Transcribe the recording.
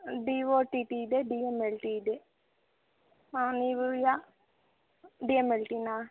D O T T ಇದೆ D M L T ಇದೆ ಹಾಂ ನೀವು ಯಾ ಡಿ ಎಮ್ ಎಲ್ ಟಿನಾ